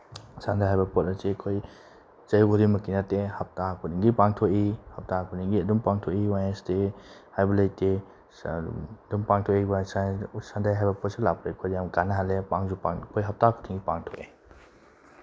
ꯁꯟꯗꯦ ꯍꯥꯏꯕ ꯄꯣꯠ ꯑꯁꯤ ꯑꯩꯈꯣꯏ ꯆꯍꯤ ꯈꯨꯗꯤꯡꯃꯛꯀꯤ ꯅꯠꯇꯦ ꯍꯞꯇꯥ ꯈꯨꯗꯤꯡꯒꯤ ꯄꯥꯡꯊꯣꯛꯏ ꯍꯞꯇꯥ ꯈꯨꯗꯤꯡꯒꯤ ꯑꯗꯨꯝ ꯄꯥꯡꯊꯣꯛꯏ ꯋꯥꯏꯅꯁꯗꯦ ꯍꯥꯏꯕ ꯂꯩꯇꯦ ꯑꯗꯨꯝ ꯄꯥꯡꯊꯣꯛꯏ ꯁꯟꯗꯦ ꯍꯥꯏꯕ ꯄꯣꯠꯁꯤ ꯂꯥꯛꯄꯗ ꯑꯩꯈꯣꯏꯗ ꯌꯥꯝ ꯀꯥꯟꯅꯍꯜꯂꯦ ꯄꯥꯡꯁꯨ ꯑꯩꯈꯣꯏ ꯍꯞꯇꯥ ꯈꯨꯗꯤꯡꯒꯤ ꯄꯥꯡꯊꯣꯛꯦ